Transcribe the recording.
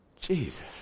Jesus